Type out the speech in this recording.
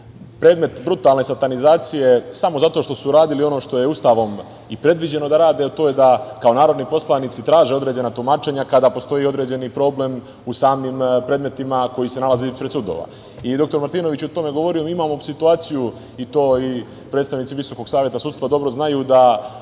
predmet brutalne satanizacije samo zato što su radili ono što je Ustavom predviđeno da rade, a to je da kao narodni poslanici traže određena tumačenja kada postoji određeni problem u samim predmetima koji se nalaze ispred sudova. Doktor Martinović je o tome govorio. Predstavnici Visokog saveta sudstva dobro znaju da